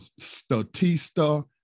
Statista